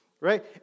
right